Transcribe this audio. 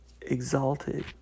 exalted